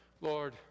Lord